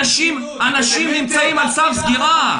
אנשים נמצאים על סף סגירה.